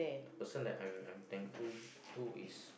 the person that I'm I'm thankful to is